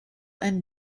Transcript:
and